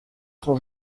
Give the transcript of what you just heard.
son